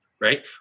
right